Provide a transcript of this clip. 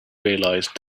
realized